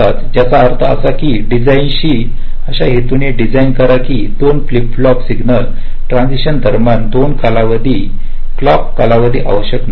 ज्याचा अर्थ असा आहे की डिझाईनर अशा हेतूने डिझाईन करा की 2 फ्लिप फ्लॉप सिग्नल ट्रान्झिशन दरम्यान 2 कालावधी दोन क्लॉक कालावधी आवश्यक नसतो